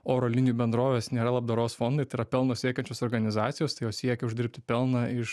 oro linijų bendrovės nėra labdaros fondai tai yra pelno siekiančios organizacijos tai jos siekia uždirbti pelną iš